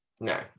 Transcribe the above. No